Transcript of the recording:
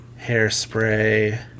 Hairspray